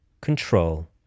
control